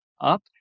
up